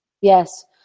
Yes